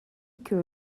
que